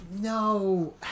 No